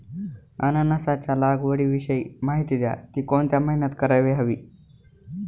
अननसाच्या लागवडीविषयी माहिती द्या, ति कोणत्या महिन्यात करायला हवी?